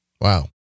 Wow